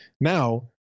Now